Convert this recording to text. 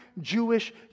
Jewish